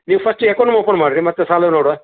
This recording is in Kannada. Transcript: ನೀವು ಫಸ್ಟಿಗೆ ಅಕೌಂಟ್ ಓಪನ್ ಮಾಡ್ರಿ ಮತ್ತೆ ಸಾಲ ನೋಡುವಾ